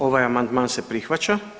Ovaj amandman se prihvaća.